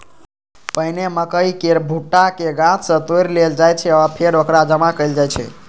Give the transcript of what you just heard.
पहिने मकइ केर भुट्टा कें गाछ सं तोड़ि लेल जाइ छै आ फेर ओकरा जमा कैल जाइ छै